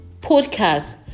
podcast